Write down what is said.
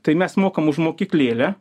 tai mes mokam už mokyklėlę